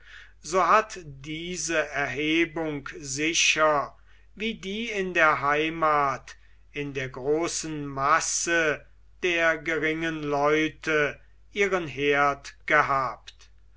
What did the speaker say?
so hat diese erhebung sicher wie die in der heimat in der großen masse der geringen leute ihren herd gehabt